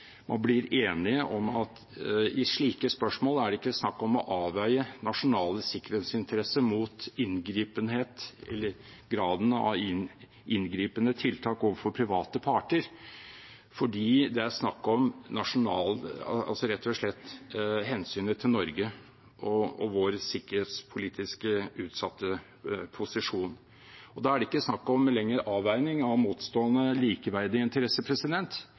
i slike spørsmål er det ikke snakk om å avveie nasjonale sikkerhetsinteresser mot graden av inngripende tiltak overfor private parter. Det er snakk om, rett og slett, hensynet til Norge og vår sikkerhetspolitisk utsatte posisjon. Da er det ikke lenger snakk om avveining av motstående likeverdige interesser.